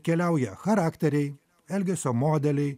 keliauja charakteriai elgesio modeliai